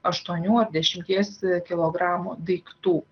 aštuonių ar dešimties kilogramų daiktų